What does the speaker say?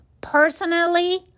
Personally